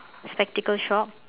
spectacle shop